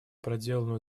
проделанную